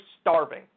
starving